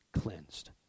cleansed